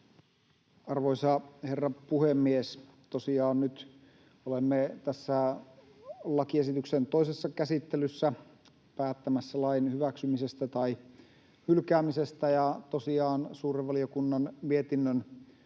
Arvoisa herra puhemies! Tosiaan nyt olemme tässä lakiesityksen toisessa käsittelyssä päättämässä lain hyväksymisestä tai hylkäämisestä, ja tosiaan suuren valiokunnan mietinnön